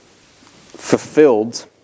fulfilled